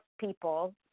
people